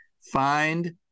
find